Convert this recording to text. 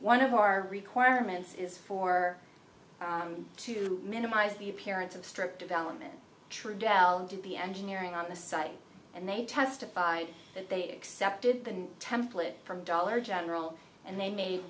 one of our requirements is for to minimize the appearance of strip development true delhomme to be engineering on the site and they testified that they accepted the new template from dollar general and they made